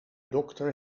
dokter